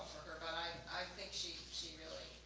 her but i i think she she really